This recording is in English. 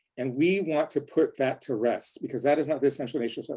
and we want to put that to rest because that is not the essential nature. so